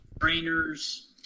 trainers